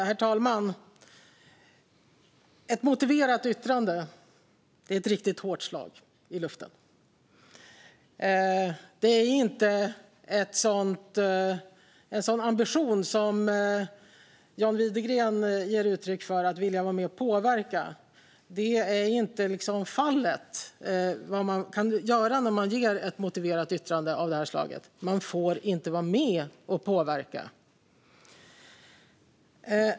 Herr talman! Ett motiverat yttrande är ett riktigt hårt slag i luften. Det är inte en sådan ambition att vilja vara med och påverka som John Widegren ger uttryck för. Det är liksom inte det man kan göra när man ger ett motiverat yttrande av det här slaget, för man får inte vara med och påverka.